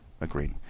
Agreed